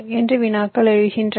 என்ற வினாக்கள் எழுகின்றன